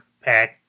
pack